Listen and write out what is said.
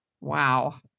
wow